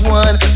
one